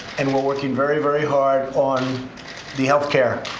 and we're working very, very hard on the health care.